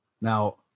Now